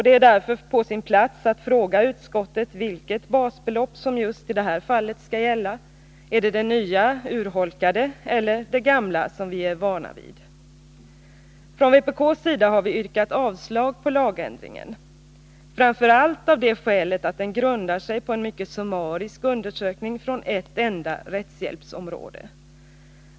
Det är därför på sin plats att fråga utskottet vilket basbelopp som just i det här fallet skall gälla. Är det fråga om det nya, urholkade basbeloppet eller det gamla, som vi är vana vid? Från vpk:s sida har vi yrkat avslag på lagändringen, framför allt av det skälet att den grundar sig på en mycket summarisk undersökning från ett enda rättshjälpsområde.